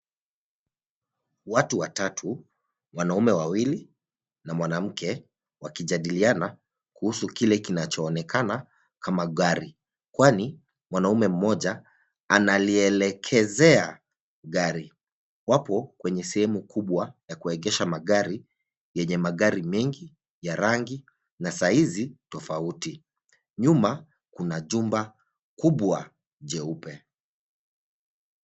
Watu watatuwanaume wawili na mwanamke wakijadiliana kuhusu kile kinachoonkena kama gari kwani mwanaume mmoja analielekezea gari. Wapo kwenye sehemu kubwa ya kuegesha magari yenye magari mengi ya rangi na saizi tofauti. Nyuma kuna jumba kubwa jeupe.